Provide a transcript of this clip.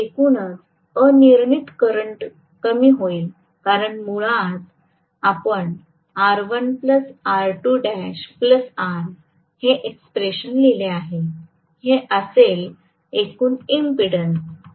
तर एकूणच अनिर्णित करंट कमी होईल कारण मुळात आपण हे एक्स्प्रेशन लिहिले आहे हे असेल एकूण इम्पीडन्स